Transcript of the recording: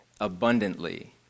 abundantly